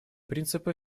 принципы